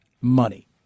money